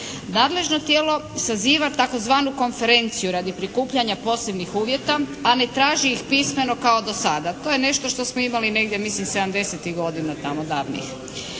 Nadležno tijelo saziva tzv. konferenciju radi prikupljanja posebnih uvjeta, a ne traži ih pismeno kao do sada. To je nešto što smo imali negdje mislim sedamdesetih